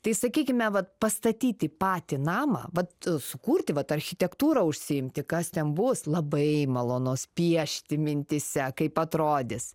tai sakykime vat pastatyti patį namą vat sukurti vat architektūra užsiimti kas ten bus labai malonus piešti mintyse kaip atrodys